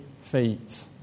feet